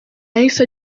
yahise